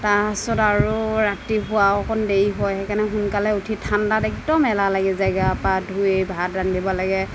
তাৰপাছত আৰু ৰাতিপুৱা অকণ দেৰি হয় সেইকাৰণে সোনকালে উঠি ঠাণ্ডাত একদম এলাহ লাগি যায়গে আৰু গা পা ধুই ভাত ৰান্ধিব লাগে